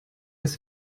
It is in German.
ist